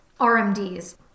RMDs